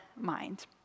mind